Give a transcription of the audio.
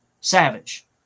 Savage